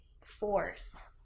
force